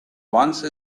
once